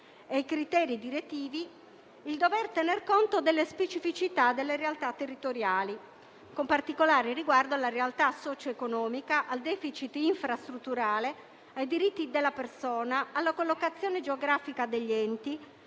e i criteri direttivi - la necessità di tener conto delle specificità delle realtà territoriali, con particolare riguardo alla realtà socio-economica, al *deficit* infrastrutturale, ai diritti della persona, alla collocazione geografica degli enti,